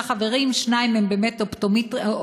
חברים: שניים הם באמת אופטומטריסטים,